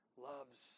loves